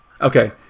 Okay